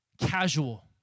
casual